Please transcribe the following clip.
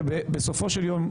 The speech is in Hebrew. בסופן של יום,